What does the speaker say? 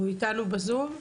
הוא איתנו בזום.